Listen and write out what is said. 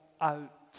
out